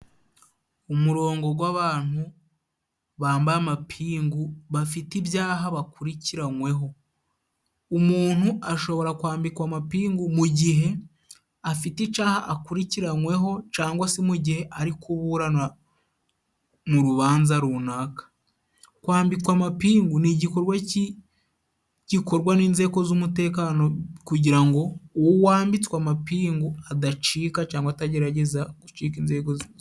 Umurongo gw'abantu bambaye amapingu bafite ibyaha bakurikiranweho. Umuntu ashobora kwambikwa amapingu mu gihe afite icaha akurikiranweho， cangwa se mu gihe ari kuburana mu rubanza runaka， kwambikwa amapingu ni igikorwa gikorwa n'inzego z'umutekano， kugira ngo uwo wambitswe amapingu adacika cangwa atagerageza gucika inzego z'umutekano.